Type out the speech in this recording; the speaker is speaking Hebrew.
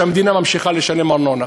כשהמדינה ממשיכה לשלם ארנונה.